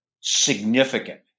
significant